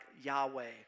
Yahweh